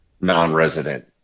non-resident